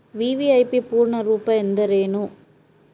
VVIP ಪೂರ್ಣ ರೂಪ ಎಂದರೇನು?